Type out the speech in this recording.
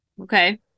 Okay